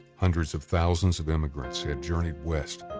hundreds of thousands of emigrants had journeyed west,